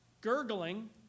gurgling